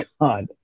God